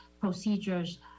procedures